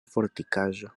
fortikaĵo